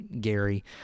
Gary